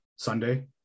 Sunday